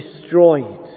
destroyed